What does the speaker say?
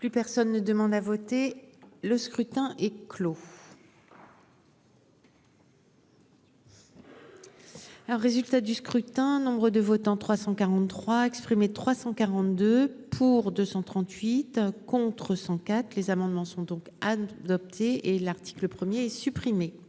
Plus personne ne demande à voter. Le scrutin est clos. Alors résultat du scrutin. Nombre de votants 343 exprimés, 342 pour 238 contre 104, les amendements sont donc. Adopté et l'article 1er supprimé.